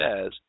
says